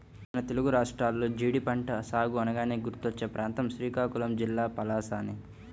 మన తెలుగు రాష్ట్రాల్లో జీడి పంట సాగు అనగానే గుర్తుకొచ్చే ప్రాంతం శ్రీకాకుళం జిల్లా పలాసనే